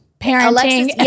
parenting